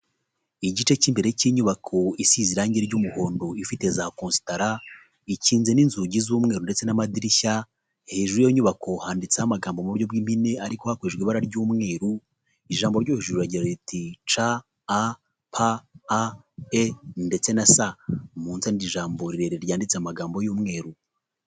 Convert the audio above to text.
Igice k'imbere cy'inyubako isize irange ry'umuhondo ifite za kositara ikinze n'inzugi z'umweru ndetse n'amadirishya, hejuru y'iyo nyubako handitseho amagambo mu buryo bw'impene ariko hakoreshejwe ibara ry'umweru ijambo ryo hejuru riragura riti ca, a, pa, a, e ndetse na sa, munsi hari ijambo rirerire ryanditse mu magambo y'umweru.